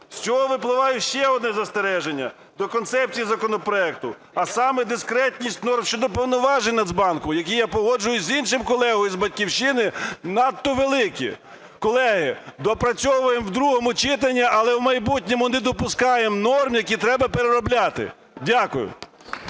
З цього випливає ще одне застереження до концепції законопроекту, а саме – дискретність норм щодо повноважень Нацбанку, які, я погоджують з іншим колегою з "Батьківщини", надто великі. Колеги, доопрацьовуємо в другому читанні, але в майбутньому не допускаємо норм, які треба переробляти. Дякую.